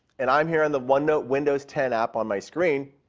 and i'm here in the one note windows ten app on my screen.